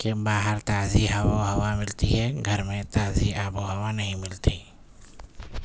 کہ باہر تازی آب و ہوا ملتی ہے گھر میں تازی آب و ہوا نہیں ملتی